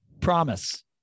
Promise